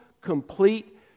complete